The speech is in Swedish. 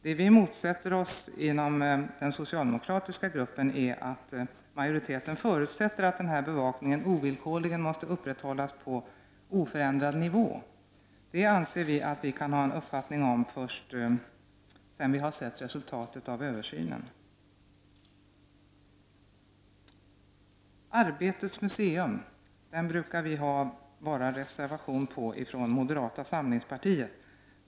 Det som vi motsätter oss inom den socialdemokratiska gruppen är att majoriteten förutsätter att denna bevakning ovillkorligen måste upprätthållas på oförändrad nivå. Det anser vi att vi kan ha en uppfattning om först sedan vi har sett resultatet av översynen. Anslaget till Arbetets museum brukar bara moderata samlingspartiet reservera sig mot.